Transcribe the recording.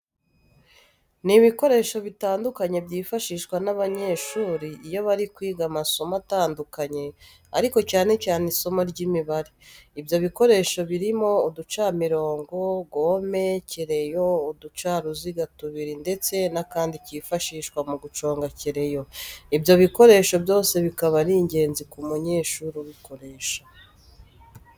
Ni ibikoresho bitandukanye byifashishwa n'abanyeshuri iyo bari kwiga amasomo atandukanye ariko cyane cyane isimo ry'imibare. Ibyo bikoresho birimo uducamirongo, gome, kereyo, uducaruziga tubiri ndetse n'akandi kifashishwa mu guconga kereyo. Ibyo bikoresho byose bikaba ari ingenzi ku munyeshuri ubikoresha.